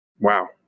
wow